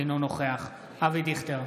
אינו נוכח אבי דיכטר,